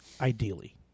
ideally